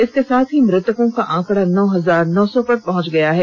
इसके साथ ही मृतकों का आंकड़ा नौ हजार नौ सौ पर पहुंच गया है